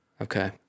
Okay